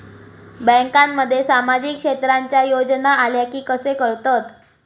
बँकांमध्ये सामाजिक क्षेत्रांच्या योजना आल्या की कसे कळतत?